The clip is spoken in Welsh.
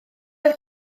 oedd